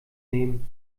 nehmen